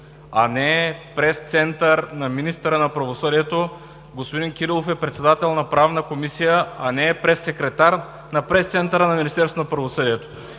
а не е Пресцентър на министъра на правосъдието. Господин Кирилов е председател на Правната комисия, а не е прессекретар на Пресцентъра на Министерството на правосъдието.